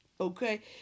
okay